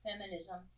feminism